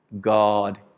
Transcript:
God